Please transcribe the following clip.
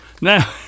now